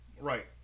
Right